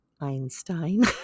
einstein